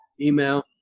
email